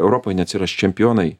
europoj neatsiras čempionai